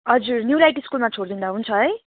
हजुर New Ride स्कुलमा छोडिदिँदा हुन्छ है